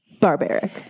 barbaric